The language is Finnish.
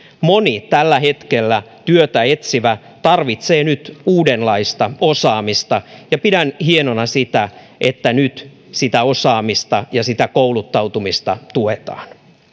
moni tällä hetkellä työtä etsivä tarvitsee nyt uudenlaista osaamista ja pidän hienona sitä että nyt sitä osaamista ja sitä kouluttautumista tuetaan